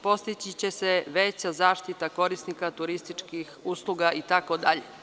Podstići će se veća zaštita korisnika turističkih usluga itd.